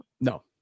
No